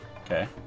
Okay